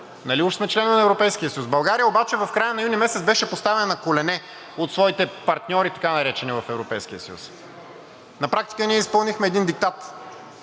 уж сме членове на Европейския съюз? България обаче в края на месец юни беше поставена на колене от своите така наречени партньори в Европейския съюз. На практика, ние изпълнихме един диктат,